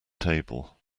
table